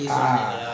ah